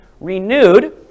renewed